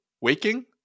Waking